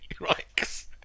right